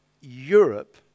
Europe